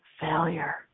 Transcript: failure